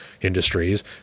industries